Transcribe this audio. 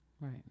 Right